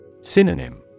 Synonym